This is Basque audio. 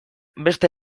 beste